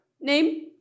name